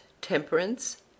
temperance